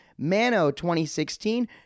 MANO2016